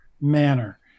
manner